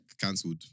cancelled